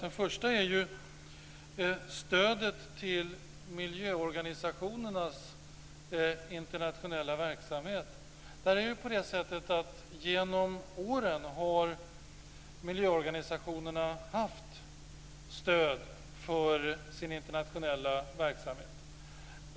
Den första är stödet till miljöorganisationernas internationella verksamhet. Genom åren har miljöorganisationerna haft stöd för sin internationella verksamhet.